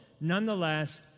nonetheless